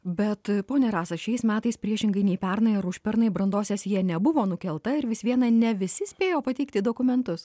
bet ponia rasa šiais metais priešingai nei pernai ar užpernai brandos sesija nebuvo nukelta ir vis viena ne visi spėjo pateikti dokumentus